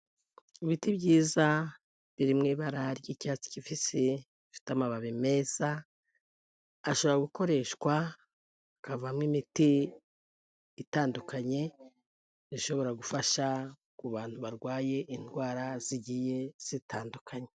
Ibiti byiza, biri mu ibara ry'icyatsi kibisi, bifite amababi meza, ashobora gukoreshwa hakavamo imiti itandukanye, ishobora gufasha ku bantu barwaye indwara zigiye zitandukanye.